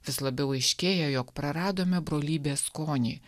vis labiau aiškėja jog praradome brolybės skonį